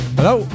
Hello